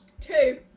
Two